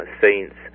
Saints